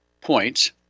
points